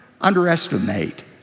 underestimate